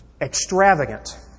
extravagant